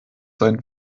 sein